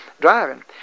driving